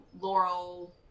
Laurel